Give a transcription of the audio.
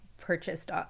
purchased